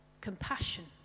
compassion